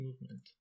movement